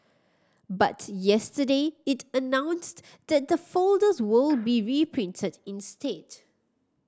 but yesterday it announced that the folders will be reprinted instead